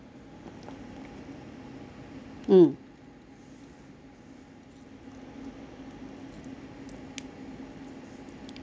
mm